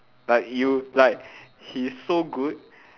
but you like he's so good